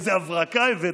איזו הברקה הבאת,